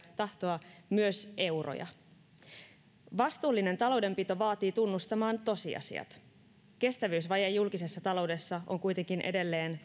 tahtoa myös euroja vastuullinen taloudenpito vaatii tunnustamaan tosiasiat kestävyysvaje julkisessa taloudessa on kuitenkin edelleen